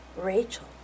Rachel